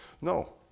No